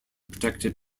protected